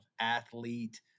athlete